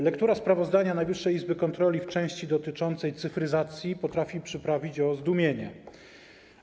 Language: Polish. Lektura sprawozdania Najwyższej Izby Kontroli w części dotyczącej cyfryzacji potrafi przyprawić o zdumienie.